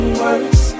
worse